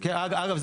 אגב,